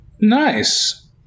Nice